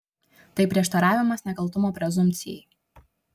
tai prieštaravimas nekaltumo prezumpcijai